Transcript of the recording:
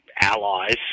allies